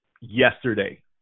yesterday